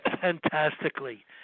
fantastically